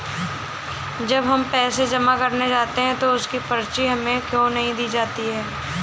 जब हम पैसे जमा करने जाते हैं तो उसकी पर्ची हमें क्यो नहीं दी जाती है?